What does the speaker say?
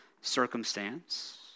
circumstance